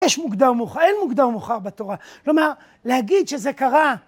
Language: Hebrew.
יש מוגדר מאוחר, אין מוגדר מאוחר בתורה. כלומר, להגיד שזה קרה.